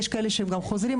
יש כאלה שהם גם חוזרים,